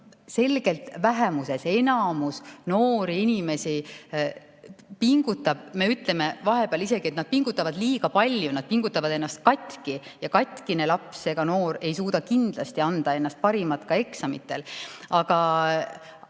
selgelt vähemuses. Enamus noori inimesi pingutab, me ütleme vahepeal isegi, et nad pingutavad liiga palju, nad pingutavad ennast katki ja katkine laps ega noor ei suuda kindlasti anda endast parimat ka eksamitel. Aga